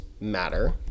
matter